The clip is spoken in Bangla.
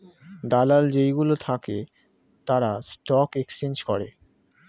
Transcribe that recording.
দালাল যেই গুলো থাকে তারা স্টক এক্সচেঞ্জ করে